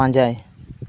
ᱯᱟᱸᱡᱟᱭ